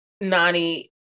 Nani